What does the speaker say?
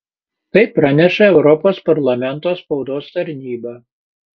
tai praneša europos parlamento spaudos tarnyba